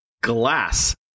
Glass